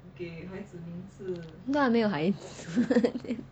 你都没有孩子